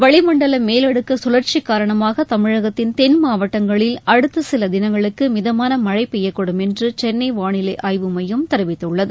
வளிமண்டல மேலடுக்கு கழற்சி காரணமாக தமிழகத்தின் தென் மாவட்டங்களில் அடுத்த சில தினங்களுக்கு மிதமான மழை பெய்யக்கூடும் என்று சென்னை வானிலை ஆய்வு மையம் தெரிவித்துள்ளது